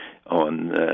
on